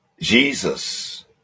Jesus